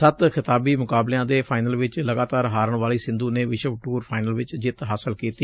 ਸੱਤ ਖਿਤਾਬੀ ਮੁਕਾਬਲਿਆਂ ਦੇ ਫਾਈਨਲ ਚ ਲਗਾਤਾਰ ਹਾਰਨ ਵਾਲੀ ਸਿੰਧੂ ਨੇ ਵਿਸ਼ਵ ਟੂਰ ਫਾਈਨਲ ਚ ਜਿੱਤ ਹਾਸਲ ਕੀਤੀ